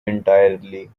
entirely